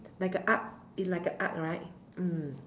like a arc it like a arc right mm